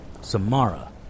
Samara